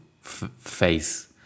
face